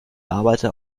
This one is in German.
arbeiter